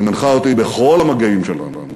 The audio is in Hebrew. היא מנחה אותי בכל המגעים שלנו,